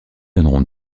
donneront